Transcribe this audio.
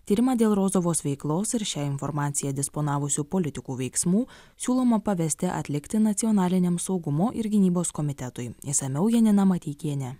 tyrimą dėl rozovos veiklos ir šią informaciją disponavusių politikų veiksmų siūloma pavesti atlikti nacionaliniam saugumo ir gynybos komitetui išsamiau janina mateikienė